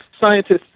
scientists